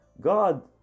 God